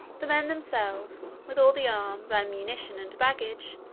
the men themselves, with all the arms, ammunition, and baggage,